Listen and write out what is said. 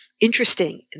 interesting